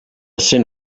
cent